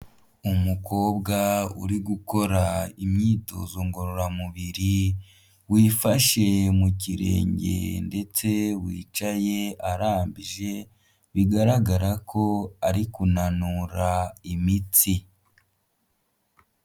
Umukobwa uri gukora imyitozo ngororamubiri wifashe mu kirenge ndetse wicaye arambije bigaragara ko ari kunanura imitsi.